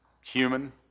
human